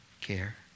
care